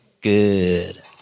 good